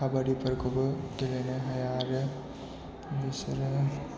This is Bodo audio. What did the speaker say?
खाबादिफोरखौबो गेलेनो हाया आरो बिसोरो